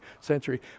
century